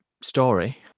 story